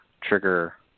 trigger